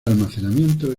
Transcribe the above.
almacenamiento